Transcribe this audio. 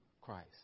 Christ